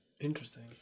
Interesting